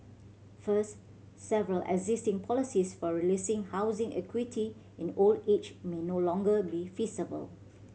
first several existing policies for releasing housing equity in old age may no longer be feasible